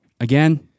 again